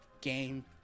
game